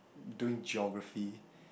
doing geography